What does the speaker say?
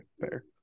fair